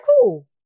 cool